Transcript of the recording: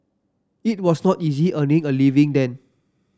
it was not easy earning a living then